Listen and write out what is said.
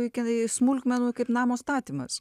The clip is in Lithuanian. iki smulkmenų kaip namo statymas